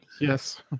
Yes